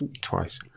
twice